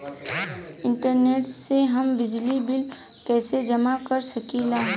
Internet से हम बिजली बिल कइसे जमा कर सकी ला?